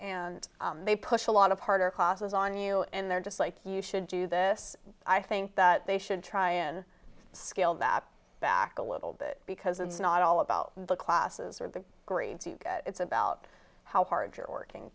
and they push a lot of harder classes on you and they're just like you should do this i think that they should try and scale that back a little bit because it's not all about the classes or the grades it's about how hard you're working